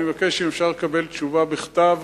אני מבקש, אם אפשר, לקבל תשובה בכתב.